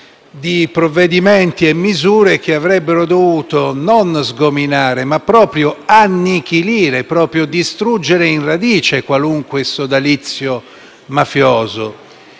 di provvedimenti e misure che avrebbero dovuto, non sgominare, ma proprio annichilire e distruggere in radice qualunque sodalizio mafioso.